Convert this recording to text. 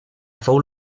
fou